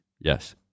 Yes